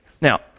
Now